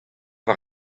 war